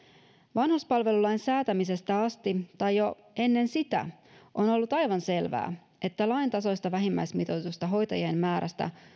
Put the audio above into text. vanhuspalvelulain säätämisestä asti tai jo ennen sitä on on ollut aivan selvää että lain tasoista vähimmäismitoitusta hoitajien määrästä